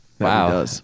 wow